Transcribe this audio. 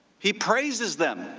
he praises them,